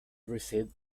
received